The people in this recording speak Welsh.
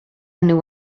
nhw